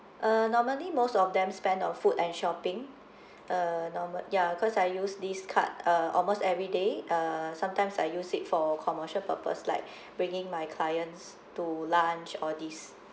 uh normally most of them spent on food and shopping uh normal~ ya because I use this card uh almost everyday uh sometimes I use it for commercial purpose like bringing my clients to lunch all these